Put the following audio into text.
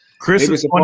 Chris